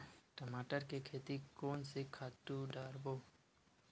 टमाटर के खेती कोन से खातु डारबो?